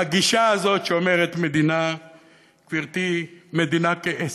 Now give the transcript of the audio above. בגישה הזאת שאומרת, גברתי: מדינה כעסק.